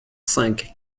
cinq